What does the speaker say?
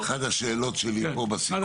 זאת אחת השאלות שלי פה בסיכום,